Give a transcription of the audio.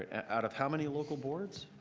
ah out of how many local boards?